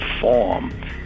form